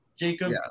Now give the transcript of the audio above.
Jacob